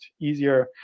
easier